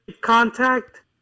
contact